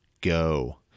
go